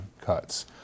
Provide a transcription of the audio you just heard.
cuts